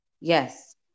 Yes